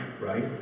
right